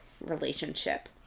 relationship